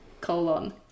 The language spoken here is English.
colon